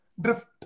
drift